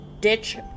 ditch